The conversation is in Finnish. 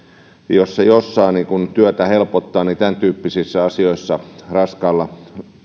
jossain jossain työtä helpottaa niin tämän tyyppisissä asioissa raskaassa